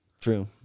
True